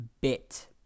bit